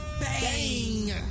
Bang